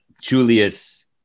Julius